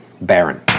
Baron